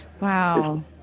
Wow